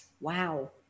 Wow